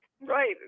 Right